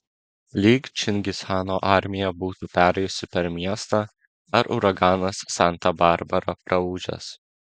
lyg čingischano armija būtų perėjusi per miestą ar uraganas santa barbara praūžęs